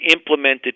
implemented